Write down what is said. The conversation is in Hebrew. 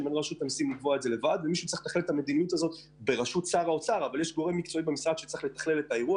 מנהל רשות המיסים להחליט על כך והשר צריך להתערב.